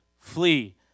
flee